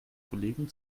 kollegen